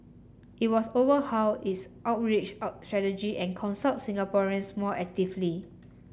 it was overhaul its outreach out strategy and consult Singaporeans more actively